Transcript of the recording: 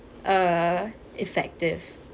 uh effective